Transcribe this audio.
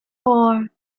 four